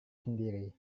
sendiri